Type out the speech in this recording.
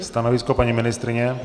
Stanovisko paní ministryně?